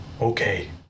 Okay